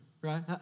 Right